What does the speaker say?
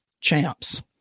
champs